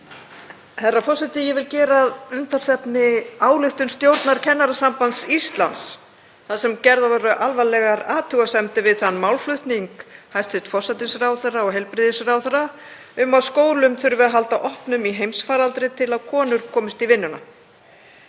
Herra forseti. Ég vil gera að umtalsefni ályktun stjórnar Kennarasambands Íslands þar sem gerðar voru alvarlegar athugasemdir við þann málflutning hæstv. forsætisráðherra og heilbrigðisráðherra um að skólum þurfi að halda opnum í heimsfaraldri til að konur komist í vinnuna.